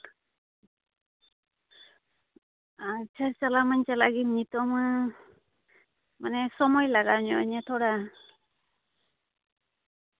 ᱟᱪᱪᱷᱟ ᱪᱟᱞᱟᱣ ᱢᱟᱹᱧ ᱪᱟᱞᱟᱜ ᱜᱤᱧ ᱱᱤᱛᱳᱜ ᱢᱟ ᱢᱟᱱᱮ ᱥᱚᱢᱚᱭ ᱞᱟᱜᱟᱣᱤᱧᱟ ᱤᱧ ᱦᱚᱸ ᱛᱷᱚᱲᱟ